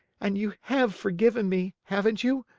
and you have forgiven me, haven't you?